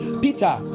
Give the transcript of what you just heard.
Peter